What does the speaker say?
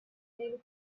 many